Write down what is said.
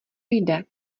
jde